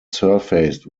surfaced